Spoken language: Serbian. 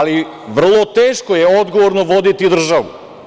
Ali, vrlo teško je odgovorno voditi državu.